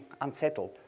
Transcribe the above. unsettled